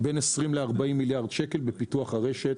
בין 20 ל-40 מיליארד שקל בפיתוח הרשת.